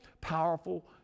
powerful